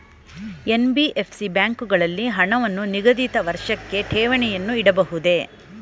NBFC ಬ್ಯಾಂಕುಗಳಲ್ಲಿ ಹಣವನ್ನು ನಿಗದಿತ ವರ್ಷಕ್ಕೆ ಠೇವಣಿಯನ್ನು ಇಡಬಹುದೇ?